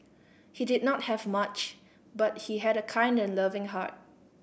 he did not have much but he had a kind and loving heart